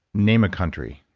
name a country